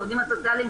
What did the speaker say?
העובדים הסוציאליים,